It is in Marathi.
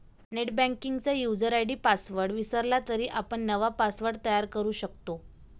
नेटबँकिंगचा युजर आय.डी पासवर्ड विसरला तरी आपण नवा पासवर्ड तयार करू शकतो